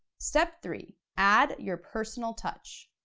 step three, add your personal touch.